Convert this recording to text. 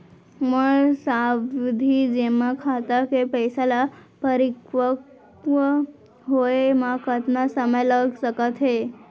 मोर सावधि जेमा खाता के पइसा ल परिपक्व होये म कतना समय लग सकत हे?